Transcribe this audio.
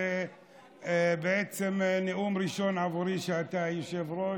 זה בעצם נאום ראשון עבורי כשאתה היושב-ראש.